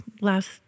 last